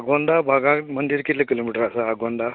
आगोंदा भागांत मंदीर कितलें किलोमिटर आसा आगोंदा